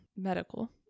medical